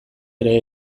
ere